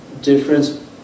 difference